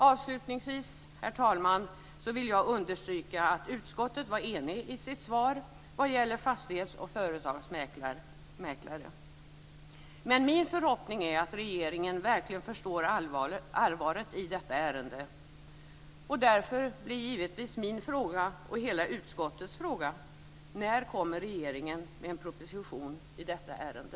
Avslutningsvis, herr talman, vill jag understryka att utskottet var enigt i sitt svar vad gäller fastighetsoch företagsmäklare, men min förhoppning är att regeringen verkligen förstår allvaret i detta ärende. Därför blir givetvis min och hela utskottets fråga följande: När kommer regeringen med en proposition i detta ärende?